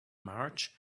march